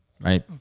right